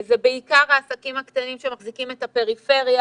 זה בעיקר העסקים הקטנים שמחזיקים את הפריפריה.